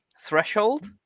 threshold